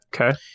Okay